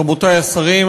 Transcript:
רבותי השרים,